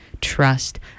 trust